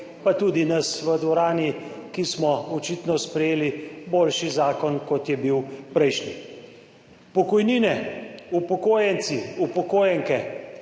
pa tudi nas v dvorani, ki smo očitno sprejeli boljši zakon kot je bil prejšnji. Pokojnine, upokojenci, upokojenke,